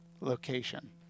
location